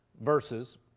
verses